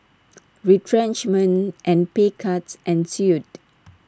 retrenchment and pay cuts ensued